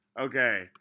Okay